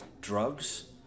Drugs